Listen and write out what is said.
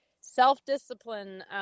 Self-discipline